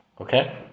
Okay